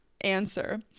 answer